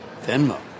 Venmo